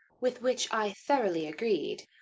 with which i thoroughly agreed,